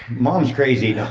mom's crazy. you know